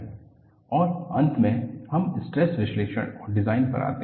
और अंत में हम स्ट्रेस विश्लेषण और डिजाइन पर आते हैं